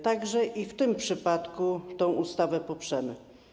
Także i w tym przypadku tę ustawę poprzemy.